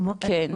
אמרתי,